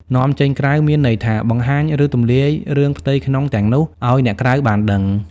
នាំចេញក្រៅ មានន័យថា បង្ហាញ ឬទម្លាយរឿងផ្ទៃក្នុងទាំងនោះឱ្យអ្នកក្រៅបានដឹង។